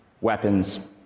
weapons